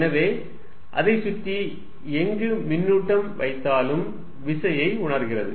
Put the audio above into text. எனவே அதைச் சுற்றி எங்கு மின்னூட்டம் வைத்தாலும் விசையை உணர்கிறது